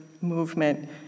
movement